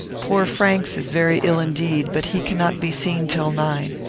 poor franks is very ill indeed, but he cannot be seen till nine.